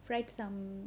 fried some